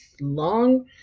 long